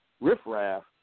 riffraff